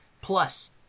Plus